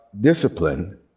discipline